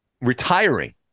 retiring